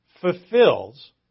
fulfills